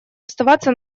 оставаться